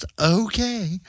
Okay